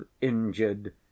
injured